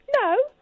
No